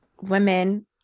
women